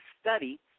study